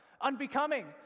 unbecoming